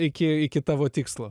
iki iki tavo tikslo